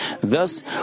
Thus